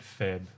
Feb